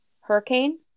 hurricane